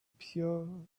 pure